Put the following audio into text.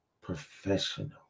professional